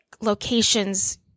locations